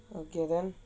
okay then